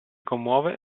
commuove